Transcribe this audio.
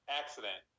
accident